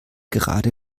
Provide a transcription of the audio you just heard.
gerade